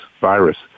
virus